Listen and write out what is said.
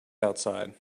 outside